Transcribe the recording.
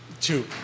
Two